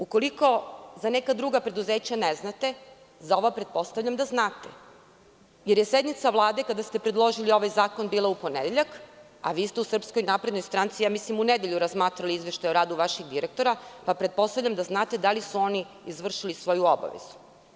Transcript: Ukoliko za neka druga preduzeća ne znate, za ova pretpostavljam da znate, jer je sednica Vlade kada ste predložili ovaj zakon bila u ponedeljak, a vi ste u SNS mislim u nedelju razmatrali izveštaj o radu vaših direktora, pa pretpostavljam da znate da li su oni izvršili svoju obavezu?